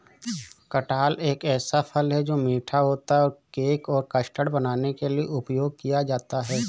कटहल एक ऐसा फल है, जो मीठा होता है और केक और कस्टर्ड बनाने के लिए उपयोग किया जाता है